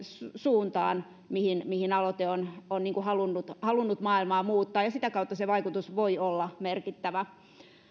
suuntaan mihin aloite on halunnut maailmaa muuttaa ja sitä kautta vaikutus voi olla merkittävä